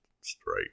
straight